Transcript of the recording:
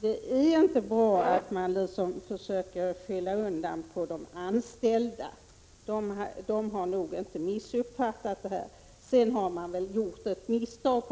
Det är inte bra att man försöker skylla på de anställda. De har nog inte missuppfattat föreskrifterna. Posten har väl gjort ett misstag.